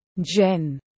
Jen